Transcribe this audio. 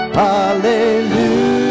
hallelujah